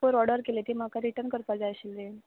पोयर order केल्ली ती म्हाका रिटन करपा जाय आशिल्ली